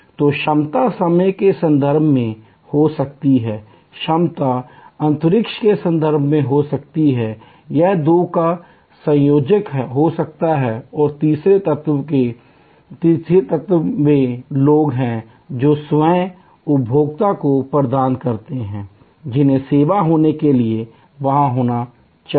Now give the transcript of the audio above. तो क्षमता समय के संदर्भ में हो सकती है क्षमता अंतरिक्ष के संदर्भ में हो सकती है यह दो का संयोजन हो सकता है और तीसरा तत्व वे लोग हैं जो सेवा या उपभोक्ताओं को प्रदान करते हैं जिन्हें सेवा होने के लिए वहाँ होना चाहिए